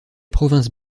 provinces